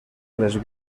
les